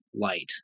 light